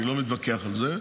אני לא מתווכח על זה,